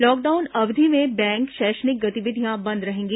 lockdown अवधि में bank शैक्षणिक गतिविधियां बंद रहेंगी